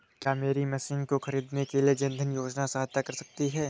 क्या मेरी मशीन को ख़रीदने के लिए जन धन योजना सहायता कर सकती है?